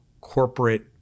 corporate